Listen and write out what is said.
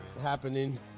happening